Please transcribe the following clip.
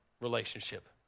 relationship